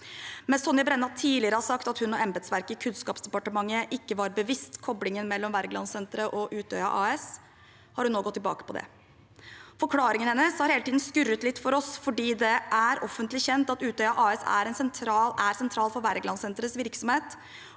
Mens Tonje Brenna tidligere har sagt at hun og embetsverket i Kunnskapsdepartementet ikke var bevisst koblingen mellom Wergelandsenteret og Utøya AS, har hun nå gått tilbake på det. Forklaringen hennes har hele tiden skurret litt for oss fordi det er offentlig kjent at Utøya AS er sentralt for Wergelandsenterets virksomhet,